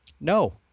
No